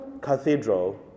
cathedral